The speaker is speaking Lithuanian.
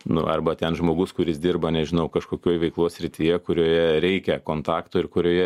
nu arba ten žmogus kuris dirba nežinau kažkokioj veiklos srityje kurioje reikia kontakto ir kurioje